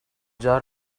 jar